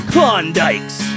Klondikes